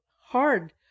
hard